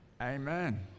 Amen